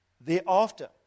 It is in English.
thereafter